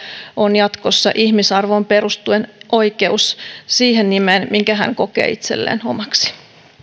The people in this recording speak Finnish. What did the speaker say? on jatkossa ihmisarvoon perustuen oikeus siihen nimeen minkä hän kokee itselleen omaksi